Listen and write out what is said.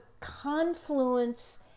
confluence